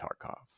Tarkov